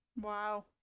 Wow